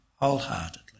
wholeheartedly